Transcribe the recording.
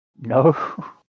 No